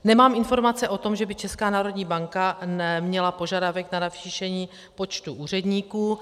Nemám informace o tom, že by Česká národní banka měla požadavek na navýšení počtu úředníků.